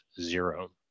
zero